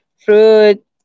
fruit